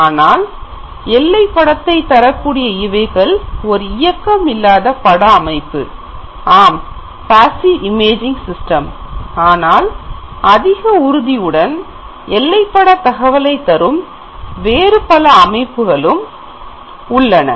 ஆனால் எல்லை படத்தை தரக்கூடிய இவைகள் ஒரு இயக்கம் இல்லாத பட அமைப்பு ஆனால் அதிக உறுதியுடன் எல்லைப்பட தகவலைத் தரும் வேறு பல வகை அமைப்புகளும் உள்ளன